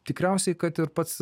tikriausiai kad ir pats